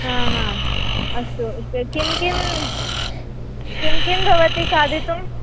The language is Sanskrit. हा ह अस्तु किं किं किं किं भवति खादितुम्